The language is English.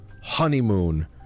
honeymoon